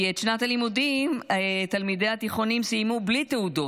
כי את שנת הלימודים תלמידי התיכונים סיימו בלי תעודות,